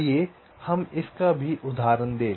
आइए हम इसका भी उदाहरण दें